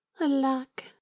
alack